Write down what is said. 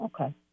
okay